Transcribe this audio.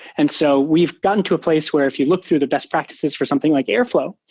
and so we've gotten to a place where if you look through the best practices for something like airflow,